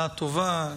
שנה טובה,